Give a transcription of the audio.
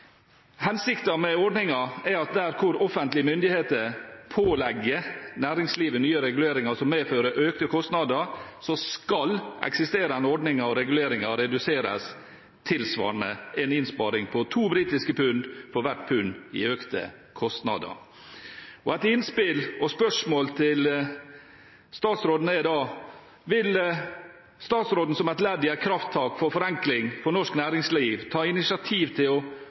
med ordningen er at der offentlige myndigheter pålegger næringslivet nye reguleringer som medfører økte kostnader, skal eksisterende ordninger og reguleringer reduseres tilsvarende – en innsparing på to britiske pund for hvert pund i økte kostnader. Et innspill og spørsmål til statsråden er da: Vil statsråden som ledd i et krafttak for forenkling for norsk næringsliv ta initiativ til å